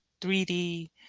3D